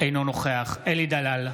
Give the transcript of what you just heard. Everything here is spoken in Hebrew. אינו נוכח אלי דלל,